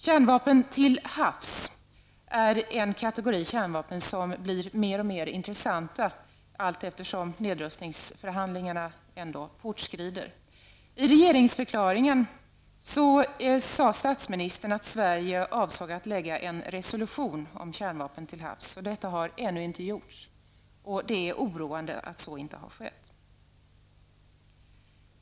Kärnvapen till havs är en kategori av kärnvapen som blir mer och mer intressant allt eftersom nedrustningsförhandlingarna ändå fortskrider. I Sverige avsåg att lägga fram en resolution om kärnvapen till havs. Detta har ännu inte gjorts, och det är oroande att så inte har skett.